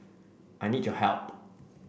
I need your help